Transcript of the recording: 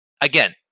again